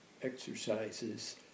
Exercises